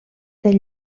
dels